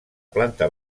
planta